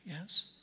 Yes